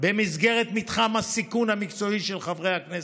במסגרת מתחם הסיכון המקצועי של חברי הכנסת.